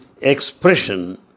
expression